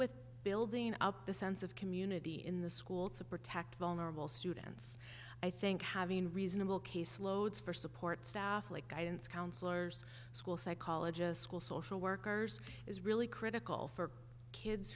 with building up the sense of community in the school to protect vulnerable students i think having reasonable case loads for support staff like guidance counselors school psychologist school social workers is really critical for kids